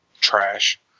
Trash